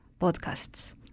podcasts